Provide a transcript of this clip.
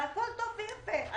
הכול טוב ויפה,